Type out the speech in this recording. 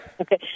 Okay